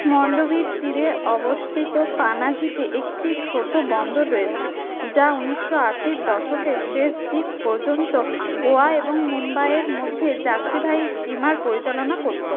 মাণ্ডভীর একটি ছোট বন্দর রয়েছে যা ঊনিশশো আশির দশকের শেষ দিক পর্যন্ত গোয়া এবং মুম্বাইয়ের মধ্যে যাত্রীবাহী স্টিমার পরিচালনা করতো